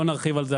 לא נרחיב על זה.